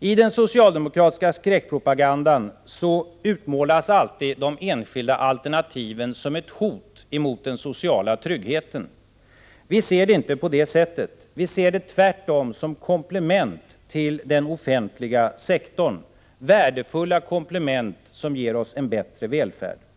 I den socialdemokratiska skräckpropagandan utmålas alltid de enskilda alternativen som ett hot mot den sociala tryggheten. Vi ser dem inte på det sättet, vi ser dem tvärtom som komplement till den offentliga sektorn — värdefulla komplement som ger oss en bättre välfärd.